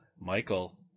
Michael